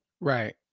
Right